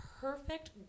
perfect